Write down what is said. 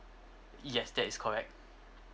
yes that is correct